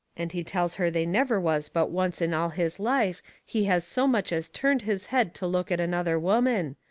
and he tells her they never was but once in all his life he has so much as turned his head to look at another woman,